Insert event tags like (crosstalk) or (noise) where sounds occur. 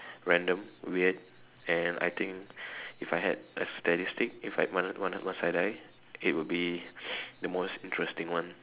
random weird and I think if I had a statistic if I had one one must I die it would be (noise) the most interesting one